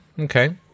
Okay